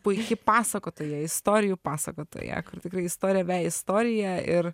puiki pasakotoja istorijų pasakotoja tikrai istorija veja istoriją ir